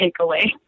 takeaway